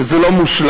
שזה לא מושלם.